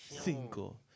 cinco